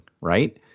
Right